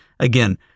Again